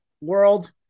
world